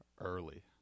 early